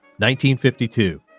1952